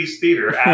Theater